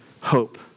hope